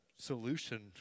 solution